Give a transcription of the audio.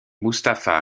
mustapha